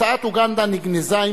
הצעת אוגנדה נגנזה,